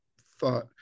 thought